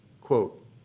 Quote